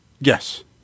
yes